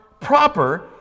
proper